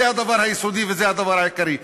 זה הדבר היסודי והעיקרי.